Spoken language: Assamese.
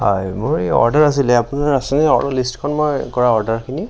হয় মোৰ এই অৰ্ডাৰ আছিলে আপোনাৰ আছেনে লিষ্টখন মই কৰা অৰ্ডাৰখিনি